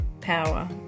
power